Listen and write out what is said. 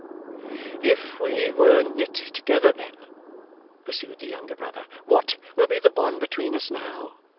if we were knit together then pursued the younger brother, what will be the bond between us now!